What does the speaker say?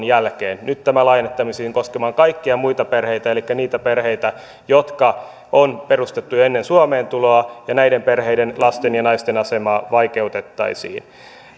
jälkeen nyt tämä laajennettaisiin koskemaan kaikkia muita perheitä elikkä niitä perheitä jotka on perustettu jo ennen suomeen tuloa ja näiden perheiden lasten ja naisten asemaa vaikeutettaisiin